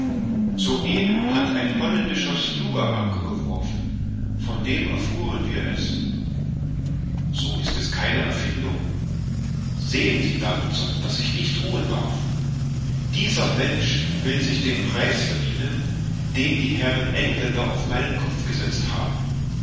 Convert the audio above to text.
soeben hat ein holländischer sluger anker geworfen von dem erfuhren wir es so ist es keine erfindung sehen sie davidson daß ich nicht ruhen darf dieser mensch will sich den preis verdienen den die herren engländer auf meinen kopf gesetzt haben